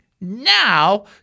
Now